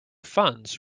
funds